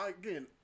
again